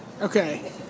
Okay